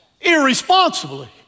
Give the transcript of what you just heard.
irresponsibly